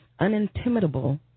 unintimidable